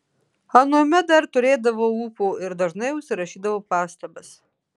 anuomet dar turėdavau ūpo ir dažnai užsirašydavau pastabas